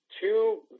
Two